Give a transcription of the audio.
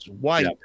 white